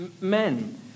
men